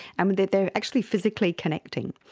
and but they they are actually physically connecting.